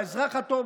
האזרח הטוב,